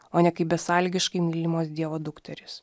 o ne kaip besąlygiškai mylimos dievo dukterys